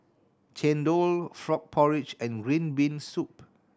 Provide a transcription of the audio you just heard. chendol frog porridge and green bean soup